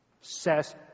says